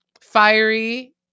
fiery